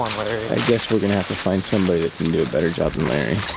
i guess we're gonna have to find somebody that can do a better job than larry.